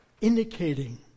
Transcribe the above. indicating